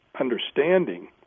understanding